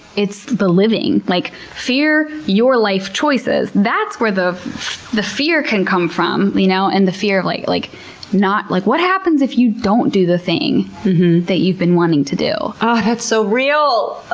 it's the living like fear your life choices. that's where the the fear can come from, you know and the fear of like like like, what happens if you don't do the thing that you've been wanting to do? ah! that's so real.